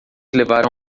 levaram